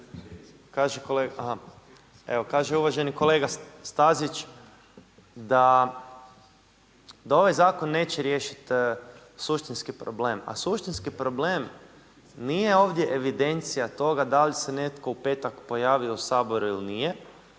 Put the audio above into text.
kaže uvaženi kolega Stazić da ovaj zakon neće riješiti suštinski problem, a suštinski problem nije ovdje evidencija toga da li se netko u petak pojavio u Saboru ili nije